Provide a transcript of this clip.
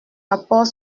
rapport